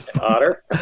otter